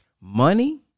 Money